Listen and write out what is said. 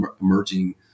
emerging